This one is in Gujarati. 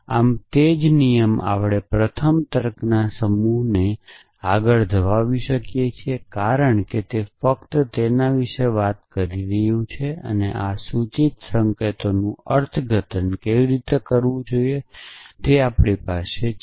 આમ તે જ નિયમ આપણે પ્રથમ તર્કશાસ્ત્રના સમૂહને આગળ ધપાવી શકીએ છીએ કારણ કે તે ફક્ત તેના વિશે વાત કરી રહ્યું છે આ સૂચિત સંકેતનું અર્થઘટન કેવી રીતે કરવું જોઈએ તે પણ આપણી પાસે આવશ્યક છે